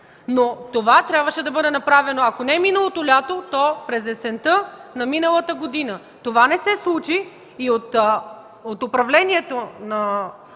Но това трябваше да бъде направено, ако не миналото лято, то през есента на миналата година. Това не се случи и от управлението на